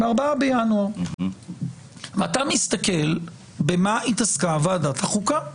ב-4 בינואר, ואתה מסתכל במה התעסקה ועדת החוקה,